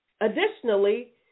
Additionally